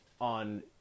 on